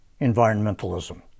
environmentalism